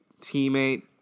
teammate